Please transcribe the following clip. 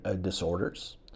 disorders